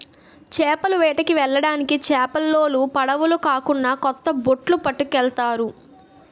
చేపల వేటకి వెళ్ళడానికి చేపలోలు పడవులు కాకున్నా కొత్త బొట్లు పట్టుకెళ్తారు